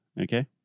Okay